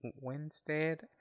Winstead